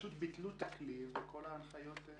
פשוט ביטלו את הכלי וכל ההנחיות לא בוצעו.